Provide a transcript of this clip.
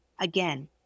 Again